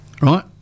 Right